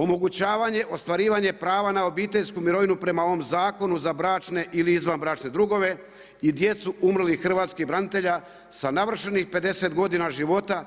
Omogućavanje ostvarivanje prava na obiteljsku mirovinu prema ovom zakonu za bračne ili izvanbračne drugove i djecu umrlih hrvatskih branitelja sa navršenih 50 godina života